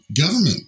government